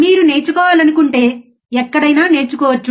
మీరు నేర్చుకోవాలనుకుంటే ఎక్కడైనా నేర్చుకోవచ్చు